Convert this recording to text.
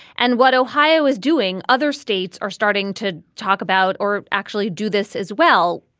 and what ohio is doing. other states are starting to talk about or actually do this as well.